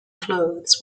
clothes